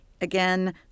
again